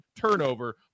turnover